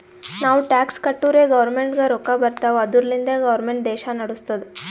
ನಾವು ಟ್ಯಾಕ್ಸ್ ಕಟ್ಟುರೇ ಗೌರ್ಮೆಂಟ್ಗ ರೊಕ್ಕಾ ಬರ್ತಾವ್ ಅದುರ್ಲಿಂದೆ ಗೌರ್ಮೆಂಟ್ ದೇಶಾ ನಡುಸ್ತುದ್